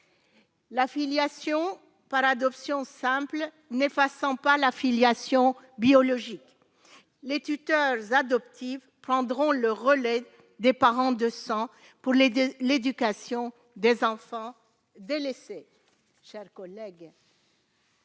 La filiation par adoption simple n'effaçant pas la filiation biologique, les tuteurs adoptive prendront le relais des parents de sang pour les 2 l'éducation des enfants délaissés